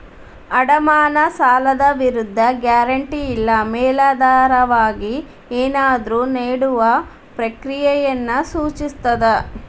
ಅಡಮಾನ ಸಾಲದ ವಿರುದ್ಧ ಗ್ಯಾರಂಟಿ ಇಲ್ಲಾ ಮೇಲಾಧಾರವಾಗಿ ಏನನ್ನಾದ್ರು ನೇಡುವ ಪ್ರಕ್ರಿಯೆಯನ್ನ ಸೂಚಿಸ್ತದ